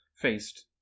faced